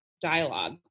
dialogue